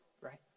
right